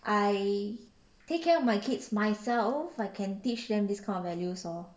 I take care of my kids myself I can teach them these kind of values lor